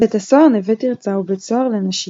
בית הסוהר נווה תרצה הוא בית סוהר לנשים,